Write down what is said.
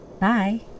Bye